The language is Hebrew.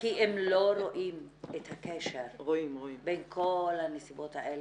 כי הם לא רואים את הקשר בין כל הנסיבות האלה.